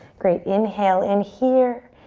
great, inhale in here.